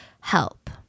help